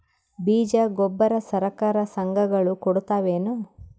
ಬೀಜ ಗೊಬ್ಬರ ಸರಕಾರ, ಸಂಘ ಗಳು ಕೊಡುತಾವೇನು?